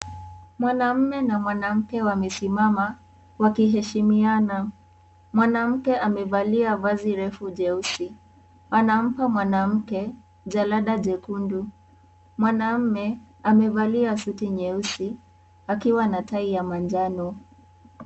Mwanamke na mwanaume wamesimama wakiheshimiana ,Mwanamke amevalia vazi refu jeusi .Anampa mwanaume jalada jekundu .Mwanaume amevalia suti nyeusi akiwa na tai ya manjano.